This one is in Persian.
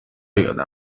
یادم